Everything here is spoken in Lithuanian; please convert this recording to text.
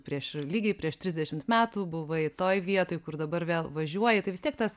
prieš lygiai prieš trisdešimt metų buvai toj vietoj kur dabar vėl važiuoji tai vis tiek tas